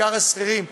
בעיקר השכירים,